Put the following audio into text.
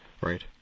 Right